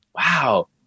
wow